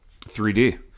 3D